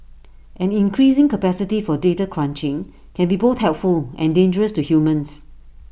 an increasing capacity for data crunching can be both helpful and dangerous to humans